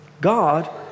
God